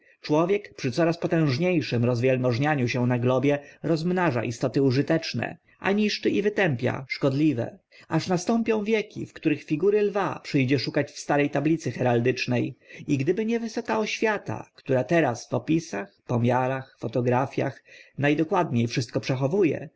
człowiek przy coraz potężnie szym rozwielmożnianiu się na globie rozmnaża istoty użyteczne a niszczy i wytępia szkodliwe aż nastąpią wieki w których figury lwa przy dzie szukać w stare tablicy heraldyczne i gdyby nie wysoka oświata która teraz w opisach pomiarach fotografiach na dokładnie wszystko przechowu